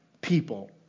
people